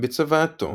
בצוואתו